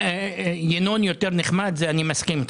ינון יותר נחמד, זה אני מסכים.